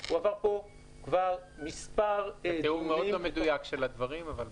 הוא עבר פה כבר מספר -- זה תיאור מאוד לא מדויק של הדברים אבל בסדר.